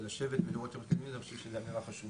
לשבת ולראות איך מתקדמים עם זה אני חושב שזו אמירה חשובה.